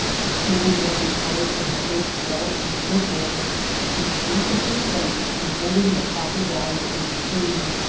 the cool morning colors of the face walls and foot-hills distinctly placed and hold ing their proper value in the scene.